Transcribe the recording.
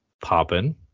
popping